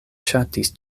ŝatis